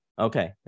Okay